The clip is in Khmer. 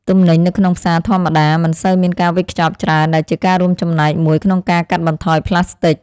ទំនិញនៅក្នុងផ្សារធម្មតាមិនសូវមានការវេចខ្ចប់ច្រើនដែលជាការរួមចំណែកមួយក្នុងការកាត់បន្ថយប្លាស្ទិក។